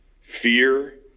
Fear